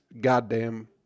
goddamn